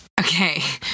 Okay